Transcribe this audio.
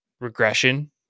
regression